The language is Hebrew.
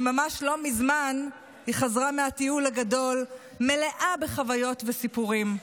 וממש לא מזמן היא חזרה מהטיול הגדול מלאה בחוויות וסיפורים.